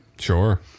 Sure